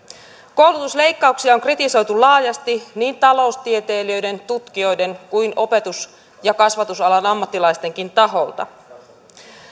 koulutusleikkauksia on kritisoitu laajasti niin taloustieteilijöiden tutkijoiden kuin opetus ja kasvatusalan ammattilaistenkin taholta